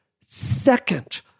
second